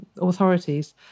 authorities